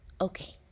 Okay